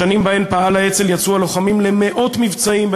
בשנים שבהן פעל האצ"ל יצאו הלוחמים למאות מבצעים,